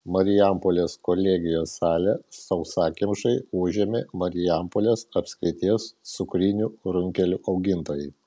marijampolės kolegijos salę sausakimšai užėmė marijampolės apskrities cukrinių runkelių augintojai